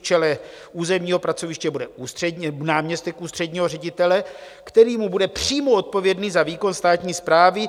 V čele územního pracoviště bude náměstek ústředního ředitele, který mu bude přímo odpovědný za výkon státní správy.